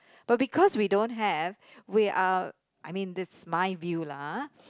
but because we don't have we are I mean this is my view lah